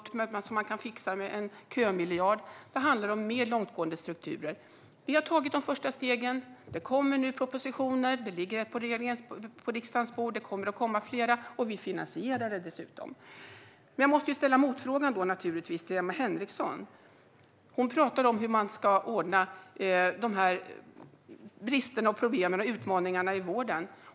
Det är inte något som man kan fixa med en kömiljard, utan det handlar om mer djupgående strukturer. Vi har tagit de första stegen. Det kommer nu propositioner - det ligger en på riksdagens bord, och det kommer att komma fler. Vi finansierar dessutom det hela. Jag måste ställa en motfråga till Emma Henriksson. Hon pratar om hur man ska komma till rätta med bristerna, problemen och utmaningarna i vården.